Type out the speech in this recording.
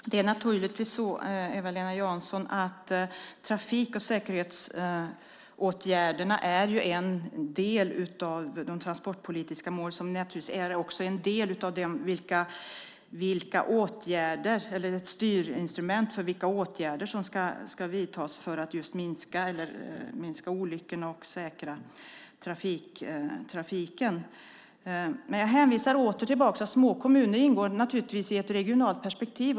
Herr talman! Det är naturligtvis så, Eva-Lena Jansson, att trafik och säkerhetsåtgärderna är en del av de transportpolitiska mål som i sin tur är en del av de styrinstrument för de åtgärder som ska vidtas just för att minska olyckorna och säkra trafiken. Jag hänvisar åter till att små kommuner givetvis ingår i ett regionalt perspektiv.